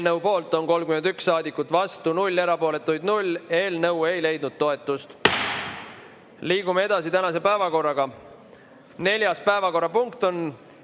Eelnõu poolt on 31 saadikut, vastu 0, erapooletuid 0. Eelnõu ei leidnud toetust. Liigume tänase päevakorraga edasi. Neljas päevakorrapunkt on